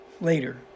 later